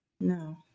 No